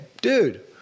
dude